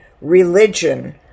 religion